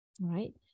right